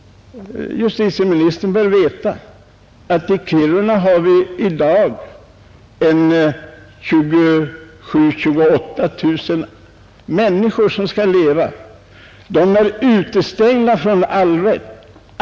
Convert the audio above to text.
Justitieministern bör veta att i Kiruna lever i dag 27 000 — 28 000 människor som är utestängda från all rätt till jakt, fiske och annat.